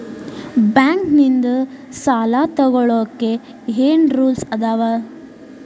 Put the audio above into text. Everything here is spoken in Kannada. ಬ್ಯಾಂಕ್ ನಿಂದ್ ಸಾಲ ತೊಗೋಳಕ್ಕೆ ಏನ್ ರೂಲ್ಸ್ ಅದಾವ?